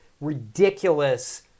ridiculous